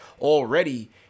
already –